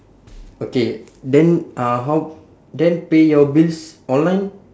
okay then uh how then pay your bills online